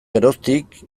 geroztik